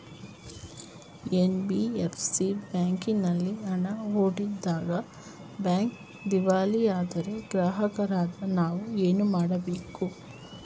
NBFC ಬ್ಯಾಂಕಿನಲ್ಲಿ ಹಣ ಹೂಡಿದಾಗ ಬ್ಯಾಂಕ್ ದಿವಾಳಿಯಾದರೆ ಗ್ರಾಹಕರಾದ ನಾವು ಏನು ಮಾಡಬೇಕು?